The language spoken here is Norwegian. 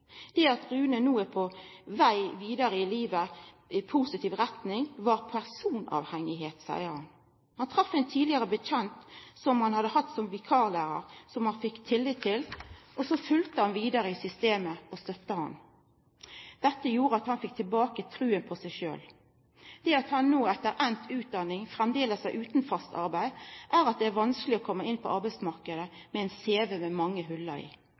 Det at Rune no er på veg vidare i livet i positiv retning, var personavhengig, seier han. Han trefte ein tidlegare kjenning som han hadde hatt som vikarlærar, som han fekk tillit til, som følgde han vidare i systemet og støtta han. Dette gjorde at han fekk tilbake trua på seg sjølv. Det at han no etter enda utdanning framleis er utan fast arbeid, er fordi det er vanskeleg å koma inn på arbeidsmarknaden med ein CV med mange hòl i.